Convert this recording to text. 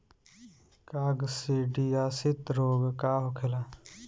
काकसिडियासित रोग का होखेला?